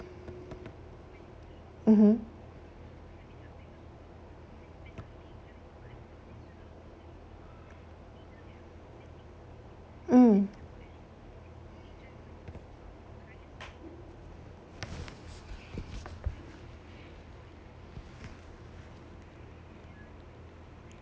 mmhmm mm